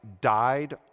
died